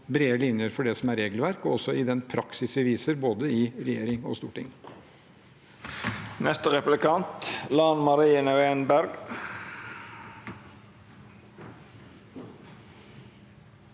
brede linjer både for det som er regelverk, og også i den praksis vi viser – i både regjering og storting.